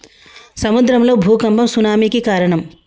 సముద్రం లో భూఖంపం సునామి కి కారణం